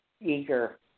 eager